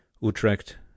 Utrecht